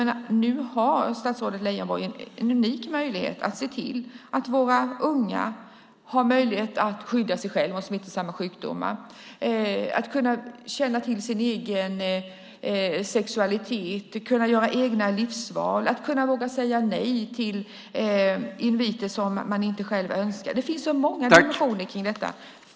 Nu har statsrådet Leijonborg en unik möjlighet att se till att våra unga får möjlighet att skydda sig själva mot smittsamma sjukdomar, att känna till sin egen sexualitet, att kunna göra egna livsval och att våga säga nej till inviter som de inte själva önskar. Det finns så många dimensioner i detta.